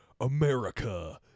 America